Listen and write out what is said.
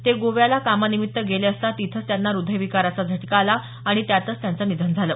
ते गोव्याला कामानिमित्त गेले असता तिथंच त्यांना हृदयविकाराचा झटका आला आणि त्यांचं निधन झालं